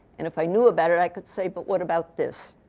and if i knew about it, i could say, but what about this.